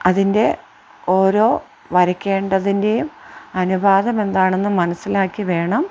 അതിൻ്റെ ഓരോ വരയ്കേണ്ടതിൻ്റെയും അനുപാതം എന്താണെന്ന് മനസ്സിലാക്കി വേണം